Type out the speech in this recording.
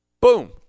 Boom